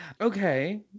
okay